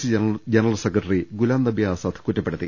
C general secretary Ghulam Nabi Azad കുറ്റപ്പെടുത്തി